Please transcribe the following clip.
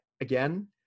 again